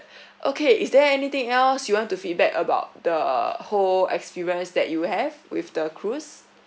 )ppb) okay is there anything else you want to feedback about the whole experience that you have with the cruise